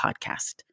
podcast